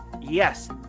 Yes